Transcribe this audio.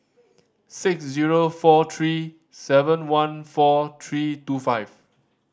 six zero four three seven one four three two five